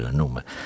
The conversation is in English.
noemen